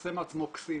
עושה מעצמו כסיל.